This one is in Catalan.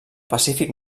pacífic